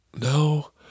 No